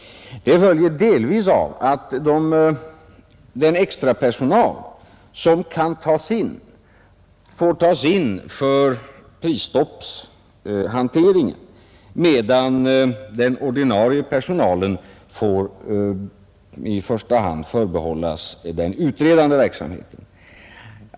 Detta beror delvis på att den extrapersonal som kan tas in får ägna sig åt prisstoppsfrågorna, medan den ordinarie personalen i första hand får förbehållas den utredande verksamheten.